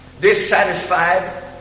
dissatisfied